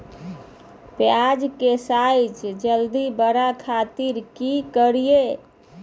प्याज के साइज जल्दी बड़े खातिर की करियय?